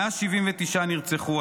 179 נרצחו,